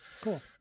Cool